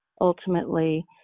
ultimately